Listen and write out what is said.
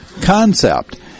concept